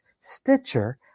Stitcher